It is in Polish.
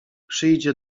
przyjdzie